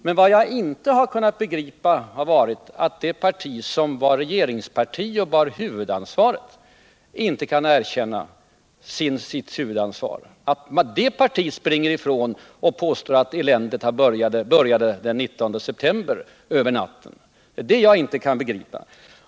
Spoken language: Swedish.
Men vad jag inte har kunnat begripa är att det parti som var regeringsparti och bar huvudansvaret inte kunnat erkänna sitt huvudansvar, att det partiet springer ifrån ansvaret och påstår att eländet började den 19 september, över natten. Det är detta jag inte kan begripa.